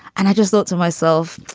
and i just thought to myself,